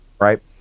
right